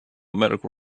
medical